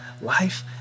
life